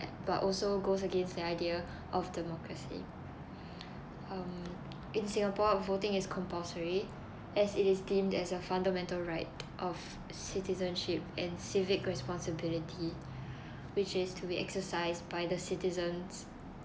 but also goes against the idea of democracy um in singapore voting is compulsory as it is deemed as a fundamental right of citizenship and civic responsibility which is to be exercised by the citizens